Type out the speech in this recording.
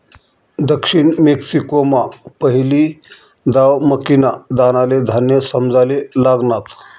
दक्षिण मेक्सिकोमा पहिली दाव मक्कीना दानाले धान्य समजाले लागनात